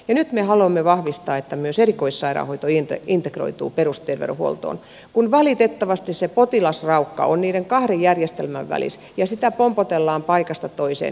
nyt me haluamme vahvistaa että myös erikoissairaanhoito integroituu perusterveydenhuoltoon kun valitettavasti se potilasraukka on niiden kahden järjestelmän välissä ja sitä pompotellaan paikasta toiseen